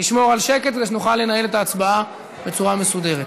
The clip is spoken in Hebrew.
לשמור על שקט כדי שנוכל לנהל את ההצבעה בצורה מסודרת.